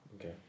Okay